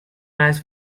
noise